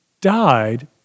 died